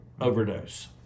overdose